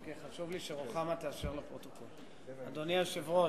אדוני היושב-ראש,